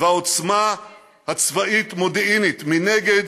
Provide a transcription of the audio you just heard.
והעוצמה הצבאית-מודיעינית מנגד,